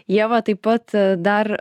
ieva taip pat dar